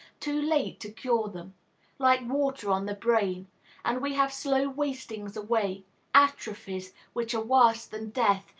too late to cure them like water on the brain and we have slow wastings away atrophies, which are worse than death,